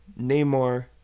Neymar